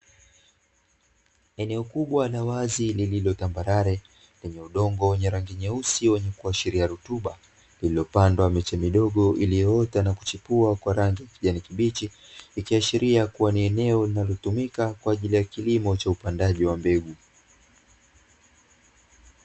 Eneo kubwa la wazi lililo tambarare, lenye udongo wenye rangi nyeusi wenye kuashiria rutuba imepandwa miche midogo, iliyoota na kuchipua kwa rangi ya kijani kibichi ikiashiria kuwa ni eneo linalotumika kwa ajili ya upandaji mbegu.